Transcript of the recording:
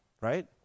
right